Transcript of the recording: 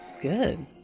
Good